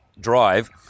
drive